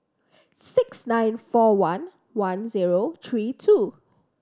six nine four one one zero three two